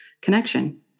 connection